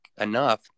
enough –